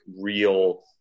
real